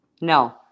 No